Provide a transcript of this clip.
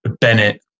Bennett